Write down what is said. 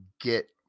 get